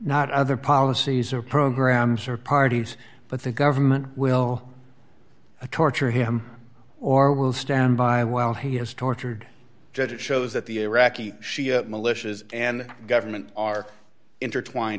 not other policies are programs or parties but the government will a torture him or will stand by while he has tortured judge it shows that the iraqi shia militias and government are intertwined